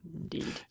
indeed